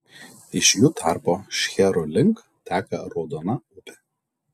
iš jų tarpo šcherų link teka raudona upė